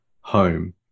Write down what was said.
home